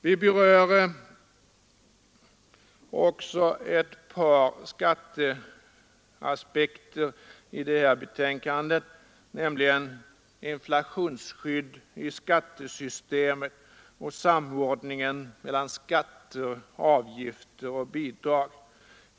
Vidare berör vi i utskottets betänkande också ett par skatteaspekter, nämligen inflationsskydd i skattesystemet och samordningen mellan skatter, avgifter och bidrag.